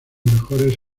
mejores